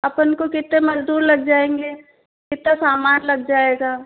हम को कितने मज़दूर लग जाएंगे कितना सामान लग जाएगा